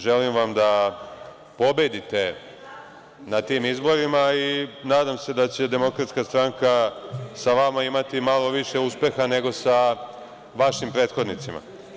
Želim vam da pobedite na tim izborima i nadam se da će DS sa vama imati malo više uspeha nego sa vašim prethodnicima.